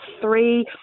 three